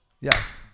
Yes